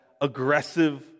aggressive